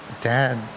Dad